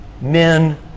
men